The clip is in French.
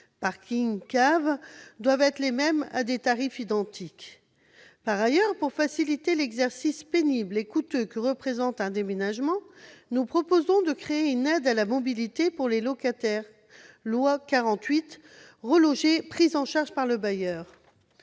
parking, cave ... -doivent être les mêmes à des tarifs identiques. Par ailleurs, pour faciliter l'exercice pénible et coûteux que représente un déménagement, nous proposons de créer une aide à la mobilité pour les locataires sous le régime de la loi de